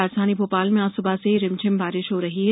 राजधानी भोपाल में आज सुबह से ही रिमझिम बारिश हो रही है